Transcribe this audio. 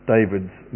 David's